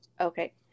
Okay